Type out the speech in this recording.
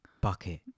bucket